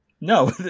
No